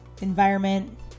environment